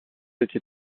été